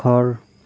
ঘৰ